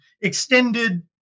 extended